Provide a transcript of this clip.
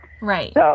Right